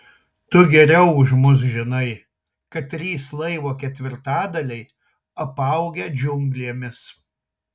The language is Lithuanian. tu geriau už mus žinai kad trys laivo ketvirtadaliai apaugę džiunglėmis